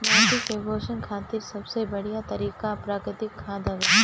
माटी के पोषण खातिर सबसे बढ़िया तरिका प्राकृतिक खाद हवे